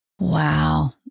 Wow